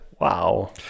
Wow